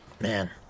Man